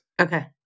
Okay